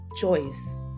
choice